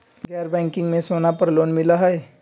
गैर बैंकिंग में सोना पर लोन मिलहई?